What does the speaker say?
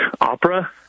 opera